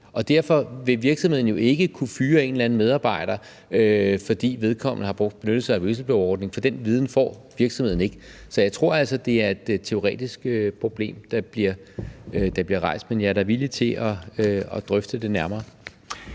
Derfor vil virksomheden jo ikke kunne fyre en eller anden medarbejder, fordi vedkommende har benyttet sig af whistleblowerordningen, for den viden får virksomheden altså ikke. Så jeg tror, det er et teoretisk problem, der bliver rejst. Men jeg er da villig til at drøfte det nærmere.